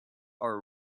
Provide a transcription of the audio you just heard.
are